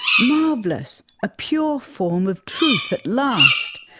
marvellous, a pure form of truth at last,